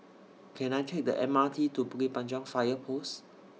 Can I Take The M R T to Bukit Panjang Fire Post